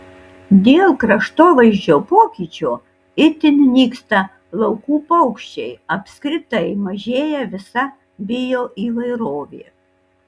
dėl kraštovaizdžio pokyčio itin nyksta laukų paukščiai apskritai mažėja visa bioįvairovė